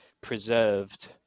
preserved